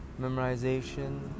Memorization